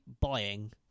buying